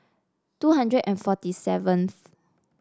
two hundred and forty seventh